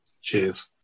Cheers